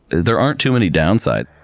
there aren't too many downsides.